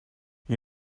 you